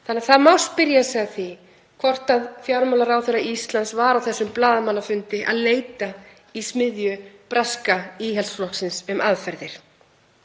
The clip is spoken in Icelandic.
þannig að það má spyrja sig að því hvort fjármálaráðherra Íslands hafi á þessum blaðamannafundi verið að leita í smiðju breska Íhaldsflokksins um aðferðir.